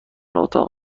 اتاق